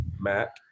Matt